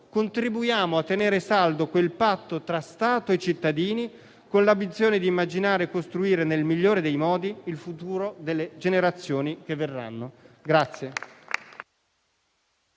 contribuiamo a tenere saldo quel patto tra Stato e cittadini, con l'ambizione di immaginare e costruire nel migliore dei modi il futuro delle generazioni che verranno.